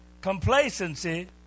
Complacency